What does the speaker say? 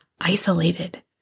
isolated